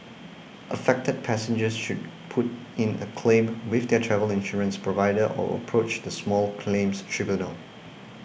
affected passengers should put in a claim with their travel insurance provider or approach the small claims tribunal